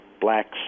blacks